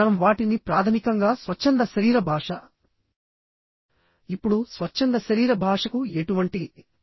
మనం వాటిని ప్రాథమికంగా స్వచ్ఛంద శరీర భాష మరియు అసంకల్పిత శరీర భాషగా విభజించవచ్చు